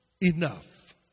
Enough